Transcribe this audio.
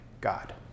God